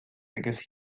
because